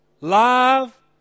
love